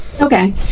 Okay